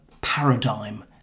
paradigm